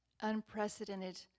unprecedented